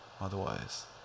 otherwise